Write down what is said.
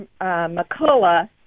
McCullough